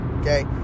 okay